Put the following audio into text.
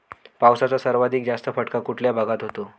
पावसाचा सर्वाधिक जास्त फटका कुठल्या भागात होतो?